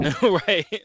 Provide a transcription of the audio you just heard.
Right